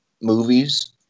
movies